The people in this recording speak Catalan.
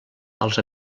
als